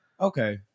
Okay